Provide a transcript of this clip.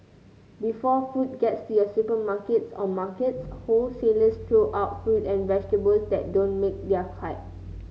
before food gets to your supermarkets or markets wholesalers throw out fruit and vegetables that don't make their cut